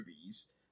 movies